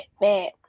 bad